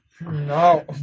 No